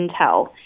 intel